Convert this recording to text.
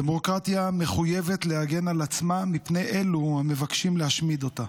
דמוקרטיה מחויבת להגן על עצמה מפני אלו המבקשים להשמיד אותה.